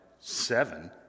seven